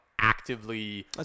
actively